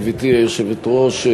גברתי היושבת-ראש,